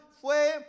fue